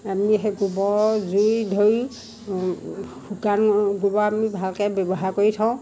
আমি সেই গোবৰ জুই ধৰি শুকান গোবৰ আমি ভালকৈ ব্যৱহাৰ কৰি থওঁ